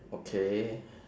okay